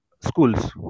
schools